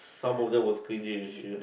some of them was stingy as shit